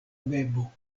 bebo